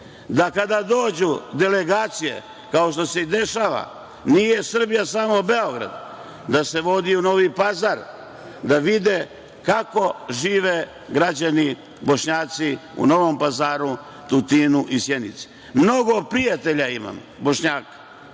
da kada dođu delegacije, kao što se i dešava, nije Srbija samo Beograd, da se vodi u Novi Pazar, da vide kako žive građani Bošnjaci u Novom Pazaru, Tutinu i Sjenici. Mnogo prijatelja imam Bošnjaka